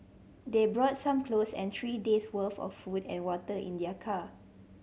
they brought some clothes and three days worth of food and water in their car